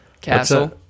Castle